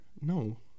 No